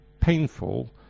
painful